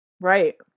Right